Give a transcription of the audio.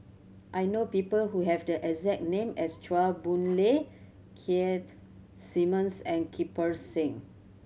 I know people who have the exact name as Chua Boon Lay Keith Simmons and Kirpal Singh